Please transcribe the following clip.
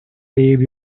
save